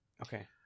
okay